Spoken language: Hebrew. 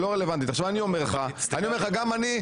גם אני,